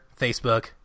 Facebook